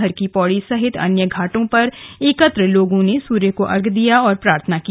हरकी पौडी सहित अन्य गंगा तटों पर एकत्र लोगों ने सूर्य को अर्घ्य दिया और प्रार्थना की